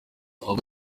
avuga